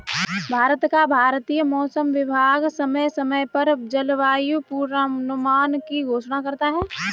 भारत का भारतीय मौसम विभाग समय समय पर जलवायु पूर्वानुमान की घोषणा करता है